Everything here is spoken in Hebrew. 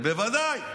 זה בוודאי.